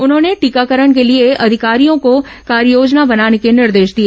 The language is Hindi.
उन्होंने टीकाकरण के लिए अधिकारियों को कार्ययोजना बनाने को निर्देश दिए